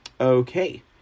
Okay